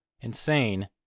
insane